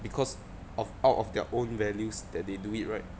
because of out of their own values that they do it right